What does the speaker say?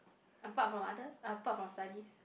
apart from other apart from studies